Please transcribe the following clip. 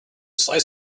slice